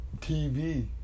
TV